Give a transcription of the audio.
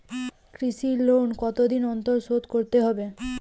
কৃষি লোন কতদিন অন্তর শোধ করতে হবে?